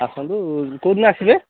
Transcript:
ଆସନ୍ତୁ କୋଉ ଦିନ ଆସିବେ